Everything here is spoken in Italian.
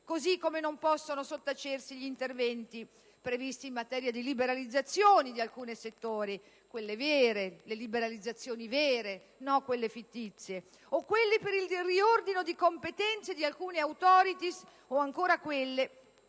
Così come non possono sottacersi gli interventi previsti in materia di liberalizzazioni di alcuni settori (quelle vere, non quelle fittizie) o quelle per il riordino di competenze di alcune *Authorithy* o, ancora, quelle,